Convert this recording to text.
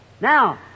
Now